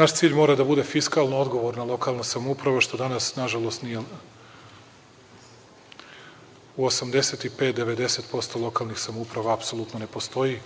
naš cilj mora da bude fiskalno odgovorna lokalna samouprava što danas nažalost nije. U 85-90% lokalnih samouprava apsolutno ne postoji.